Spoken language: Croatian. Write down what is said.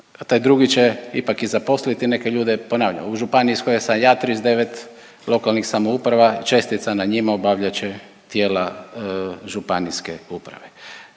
a taj drugi će ipak i zaposliti neke ljude. Ponavljam, u županiji iz koje sam ja 39 lokalnih samouprava, čestica na njima obavljat će tijela županijske uprave.